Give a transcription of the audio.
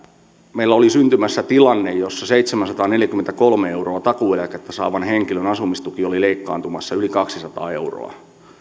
meillä oli syntymässä tilanne jossa seitsemänsataaneljäkymmentäkolme euroa takuueläkettä saavan henkilön asumistuki oli leikkaantumassa yli kaksisataa euroa